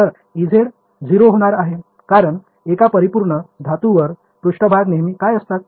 तर Ez 0 होणार आहे कारण एका परिपूर्ण धातूवर पृष्ठभाग नेहमी काय असतात